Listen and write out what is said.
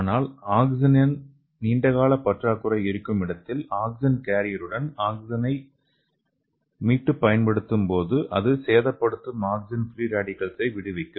ஆனால் ஆக்ஸிஜனில் நீண்டகால பற்றாக்குறை இருக்கும் இடத்தில் ஆக்ஸிஜன் கேரியருடன் ஆக்சிஜனை மீட்டுப் செலுத்தும்போது அது சேதப்படுத்தும் ஆக்ஸிஜன் ஃப்ரீ ரேடிக்கல்களை விடுவிக்கும்